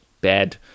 bad